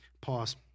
Pause